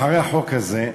אחרי החוק הזה,